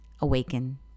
Awaken